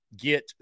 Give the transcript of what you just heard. get